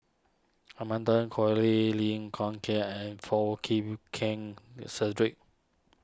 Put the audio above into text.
Amanda Koe Lee Lim Kiak and Foo Chee Keng Cedric